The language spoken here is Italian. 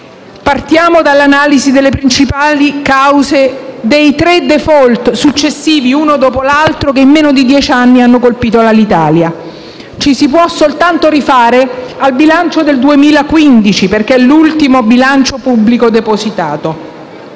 Partiamo dall'analisi delle principali cause dei tre *default* successivi che, uno dopo l'altro, in meno di dieci anni hanno colpito l'Alitalia. Per farlo, ci si può soltanto rifare al bilancio 2015, perché è l'ultimo bilancio pubblico depositato.